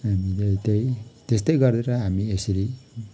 हामीले त्यही त्यस्तै गरेर हामी यसरी